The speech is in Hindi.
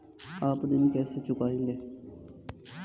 आप ऋण कैसे चुकाएंगे?